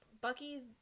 bucky's